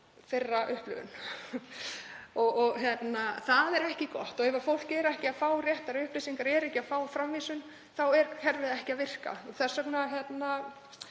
Það er ekki gott. Ef fólk er ekki að fá réttar upplýsingar og fær ekki framvísun þá er kerfið ekki að virka. Þess vegna held